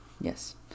Yes